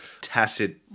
tacit